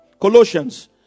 Colossians